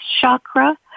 chakra